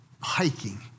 hiking